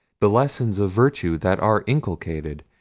the lessons of virtue that are inculcated,